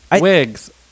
wigs